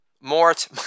Mort